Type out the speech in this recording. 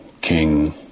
king